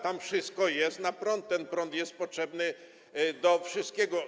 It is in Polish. Tam wszystko jest na prąd, ten prąd jest potrzebny do wszystkiego.